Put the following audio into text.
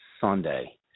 Sunday